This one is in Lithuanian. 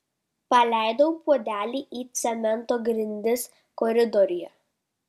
paleidau puodelį į cemento grindis koridoriuje